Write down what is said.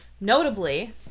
Notably